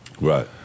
Right